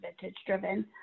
vintage-driven